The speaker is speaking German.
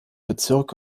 bezirk